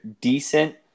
Decent